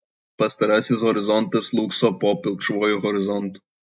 pastarasis horizontas slūgso po pilkšvuoju horizontu